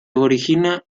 origina